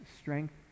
strength